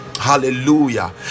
Hallelujah